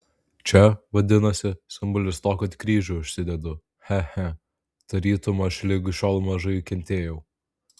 čia vadinasi simbolis to kad kryžių užsidedu che che tarytum aš lig šiol mažai kentėjau